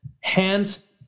hands